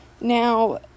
Now